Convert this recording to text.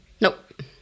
Nope